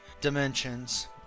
dimensions